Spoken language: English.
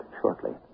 shortly